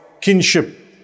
kinship